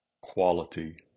quality